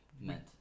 meant